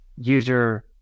user